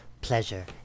pleasure